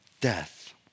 Death